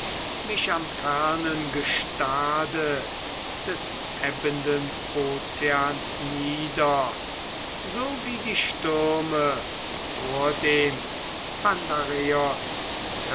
mich am fernen gestade des ebbenden ozeans nieder so wie die stürme vordem